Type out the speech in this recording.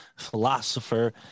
philosopher